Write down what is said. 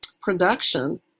production